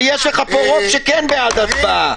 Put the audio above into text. יש לך פה רוב שכן בעד ההצבעה.